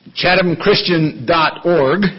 chathamchristian.org